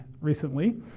recently